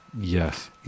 Yes